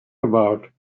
about